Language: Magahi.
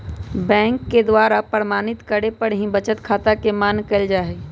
बैंक के द्वारा प्रमाणित करे पर ही बचत खाता के मान्य कईल जाहई